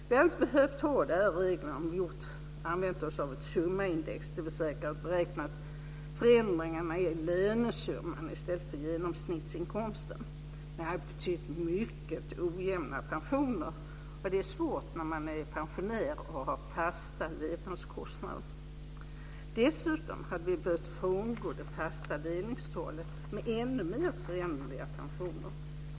Vi hade inte behövt ha de här reglerna om vi hade använt oss av ett summaindex, dvs. beräknat förändringarna i lönesumman i stället för genomsnittsinkomsten. Men det hade betytt mycket ojämna pensioner, och det är svårt när man är pensionär och har fasta levnadskostnader. Dessutom hade vi behövt frångå de fasta delningstalen med ännu mer föränderliga pensioner.